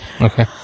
Okay